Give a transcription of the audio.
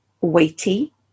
weighty